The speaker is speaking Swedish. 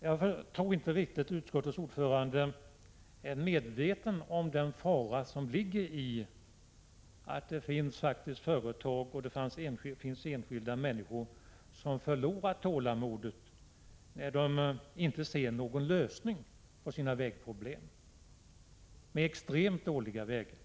Jag tror inte riktigt att utskottets ordförande är medveten om den fara som ligger iatt det faktiskt finns företag och enskilda människor som förlorar tålamodet när de inte ser någon lösning på sina vägproblem, med extremt dåliga vägar.